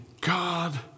God